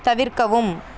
தவிர்க்கவும்